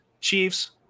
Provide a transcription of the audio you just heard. Chiefs